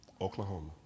Oklahoma